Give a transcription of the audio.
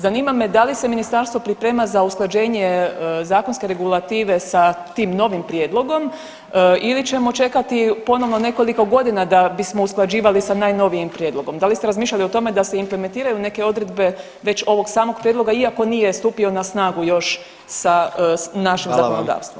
Zanima me da li se ministarstvo priprema za usklađenje zakonske regulative sa tim novim prijedlogom ili ćemo čekati ponovno nekoliko godina da bismo usklađivali sa najnovijim prijedlogom? da li ste razmišljali o tome da se implementiraju neke odredbe već ovog samog prijedloga iako nije stupio na snagu još sa našim zakonodavstvom?